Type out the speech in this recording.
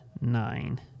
nine